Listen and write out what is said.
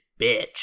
bitch